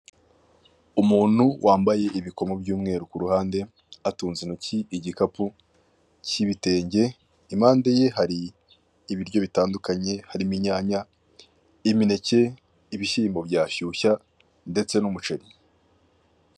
Umuntu wambaye ibikomo by'umweru ku ruhande, atunze inoki ikigikapu cy'ibitenge impande ye hari ibiryo bitandukanye harimo: inyanya, imineke, ibishyimbo bya shyushya ndetse n'umuceri.